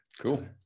Cool